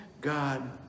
God